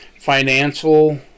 financial